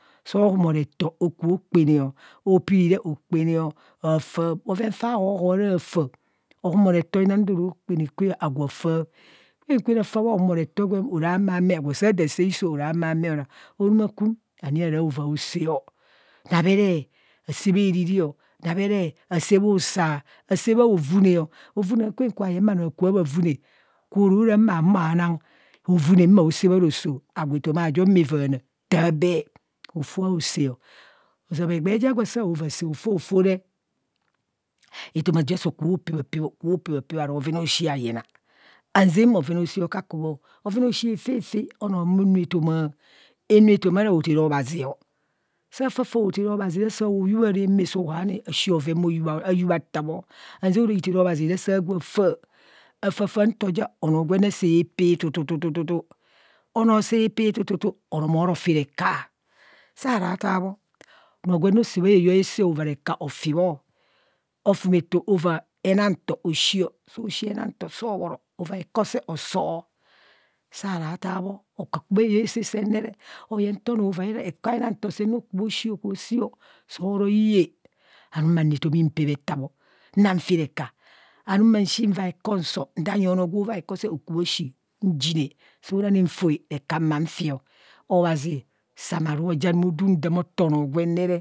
Sọọ humoreto okubho okpano ọ, opiri re okpamo ọ afaa. bhoven fa họọhọọ ara fa, ohumoreto oyina nto ro kwe o agwo a fạạ kwen kwen afaa bho humerato gwem ara ameame agwo saa daa sạạ hizo hora amame onang orumakwum ani aharao vasaa o nameree asaa bhaa riri ọ, nameree asaa bhusa asaa bha hovunee, hovune kwen kwa yeng bhanọọ bhaku bho bha vune kuro rora ma humo anang hovune maa saa bharoso agwo etoma ajo maa vaana taa bẹe. Hofo haosaa, ozama egbee ja gwo asaa ovaa sa hofafo re, etoma ajo so kubho pee bha pee kubho pee bha pree aro bhoven aoshi hayina anzeng bhoven aoshi bho kaku bho. Bhoven aoshi oro onọọ humo nu etoma. Enuu etoma ara hothera obhazi o. So haane ashi bhoven ayubha taatho hanzang ora hithara obhazi re saa gwo fa, afaa fa nto ja onoo gwenne saa pee tututu onoo saa pee tututu oro moo ro fe reka. Saa ra taa bho onoo gwenne osaa bha eyo aasaa avaa reka ofi bho. Ofumeto ovaa henantọ oshe, soo shii henanto so bhoro, avaa heko see osoo. Saa ra taa bho, okaku bha heyong asaa sen nerec. oyeng nta onoo avaa heko aenanto sen ne re okobho ovaa oshi ọ oshi, soo ro iye anum ma shi nva heko nsong nda nyeng onọọ gwo vaa heko see okubho oshii. Njine nfoe, so ra ni reka ma fio obhazi samaru o oja anum udam ota onoo gwenne.